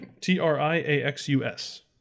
T-R-I-A-X-U-S